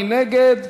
מי נגד?